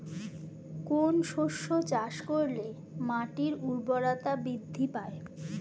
কোন শস্য চাষ করলে মাটির উর্বরতা বৃদ্ধি পায়?